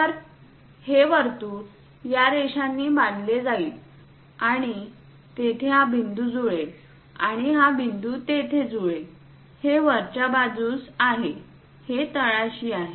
तर हे वर्तुळ या रेषांनी बांधले जाईल आणि तेथे हा बिंदू जुळेल आणि हा बिंदू तेथे जुळेल हे वरच्या बाजूस आहे हे तळाशी आहे